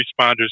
responders